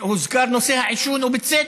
הוזכר נושא העישון, ובצדק,